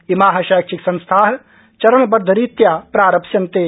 इमा शैक्षिकसंस्था चरणबद्धरीत्या प्रारप्यन्ते